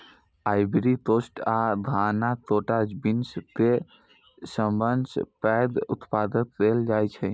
Ivory Coast आ Ghana cocoa beans केर सबसं पैघ उत्पादक देश छियै